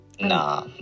Nah